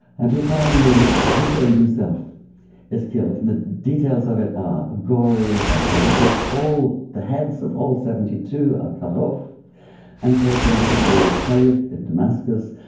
until finally hussein himself is killed. the details of it are gory and horrific. the heads of all seventy two are cut off and taken to the caliph in damascus.